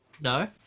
No